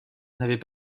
n’avait